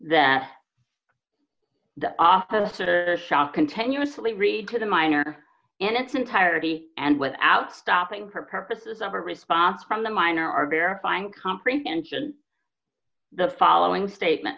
that the officer shot continuously read to the minor in its entirety and without stopping for purposes of a response from the minor are verifying comprehension the following statement